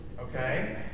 okay